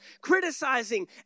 criticizing